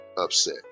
upset